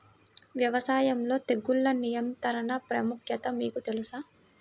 వ్యవసాయంలో తెగుళ్ల నియంత్రణ ప్రాముఖ్యత మీకు తెలుసా?